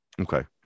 Okay